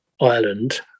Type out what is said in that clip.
Ireland